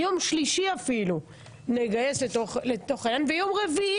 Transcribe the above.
את יום שלישי נגייס לתוך העניין וגם את יום רביעי.